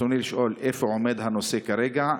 ברצוני לשאול: 1. איפה עומד הנושא כרגע?